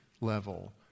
level